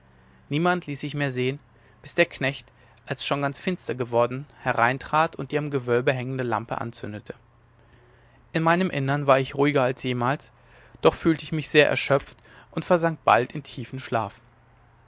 niemand ließ sich mehr sehen bis der knecht als es schon ganz finster worden hereintrat und die am gewölbe hängende lampe anzündete in meinem innern war ich ruhiger als jemals doch fühlte ich mich sehr erschöpft und versank bald in tiefen schlaf